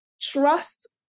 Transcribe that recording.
Trust